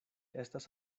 estas